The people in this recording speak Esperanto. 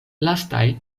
lastaj